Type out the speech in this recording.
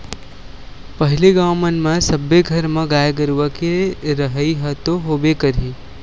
पहिली गाँव मन म सब्बे घर म गाय गरुवा के रहइ ह तो होबे करही